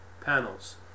panels